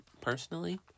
personally